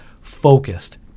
focused